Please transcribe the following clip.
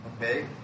Okay